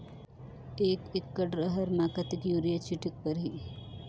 एक एकड रहर म कतेक युरिया छीटेक परही?